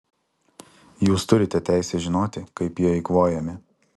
jūs turite teisę žinoti kaip jie eikvojami